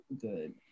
good